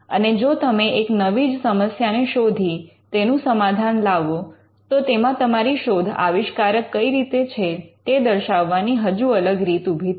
અને જો તમે એક નવી જ સમસ્યાને શોધી તેનું સમાધાન લાવો તો તેમાં તમારી શોધ આવિષ્કારક કઈ રીતે છે તે દર્શાવવાની હજુ અલગ રીત ઊભી થાય